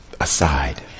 aside